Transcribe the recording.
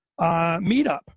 Meetup